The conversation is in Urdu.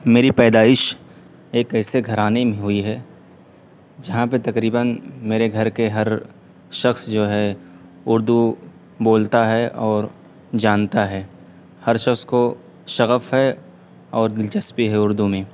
میری پیدائش ایک ایسے گھرانے میں ہوئی ہے جہاں پہ تقریباً میرے گھر کے ہر شخص جو ہے اردو بولتا ہے اور جانتا ہے ہر شخص کو شغف ہے اور دلچسپی ہے اردو میں